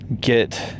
get